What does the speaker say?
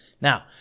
now